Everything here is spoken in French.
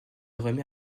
remet